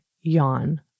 yawn